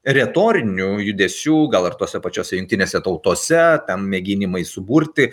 retorinių judesių gal ir tose pačiose jungtinėse tautose ten mėginimai suburti